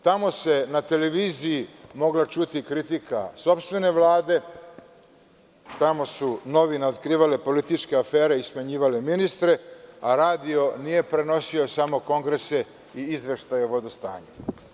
Tamo se na televiziji mogla čuti kritika sopstvene vlade, tamo su novine otkrivale političke afere i smenjivali ministre, a rado nije prenosio samo kongrese i izveštaje o vodostanju.